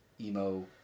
emo